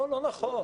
לא נכון.